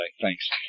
Thanks